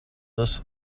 this